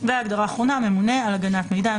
ההגדרה האחרונה "הממונה על הגנת מידע",